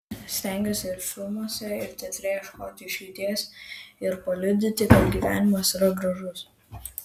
stengiuosi ir filmuose ir teatre ieškoti išeities ir paliudyti kad gyvenimas yra gražus